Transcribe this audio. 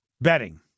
betting